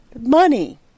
money